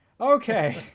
Okay